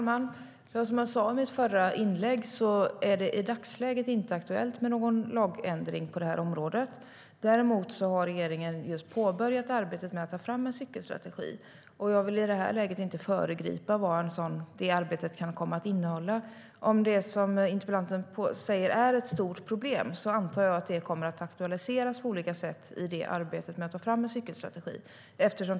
Herr talman! Som jag sa i mitt förra inlägg är det i dagsläget inte aktuellt med någon lagändring på detta område. Regeringen har dock påbörjat arbetet med att ta fram en cykelstrategi, och jag vill i detta läge inte föregripa vad det arbetet kan komma att innehålla. Om det, som interpellanten säger, är ett stort problem antar jag att det kommer att aktualiseras på olika sätt i arbetet med att ta fram en cykelstrategi.